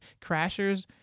crashers